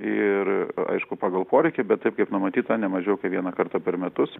ir aišku pagal poreikį bet taip kaip numatyta nemažiau kaip vieną kartą per metus